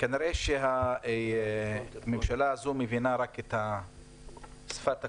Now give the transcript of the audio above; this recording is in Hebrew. כנראה שהממשלה הזו מבינה רק את שפת הכוח.